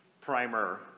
primer